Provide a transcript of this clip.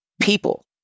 people